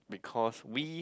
because we